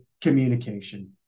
communication